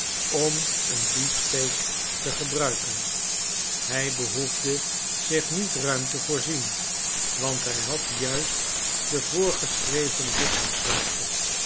om een beefsteak te gebruiken hij behoefde zich niet ruim te voorzien want hij had juist de voorgeschreven lichaamszwaarte